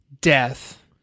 death